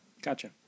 Gotcha